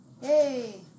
hey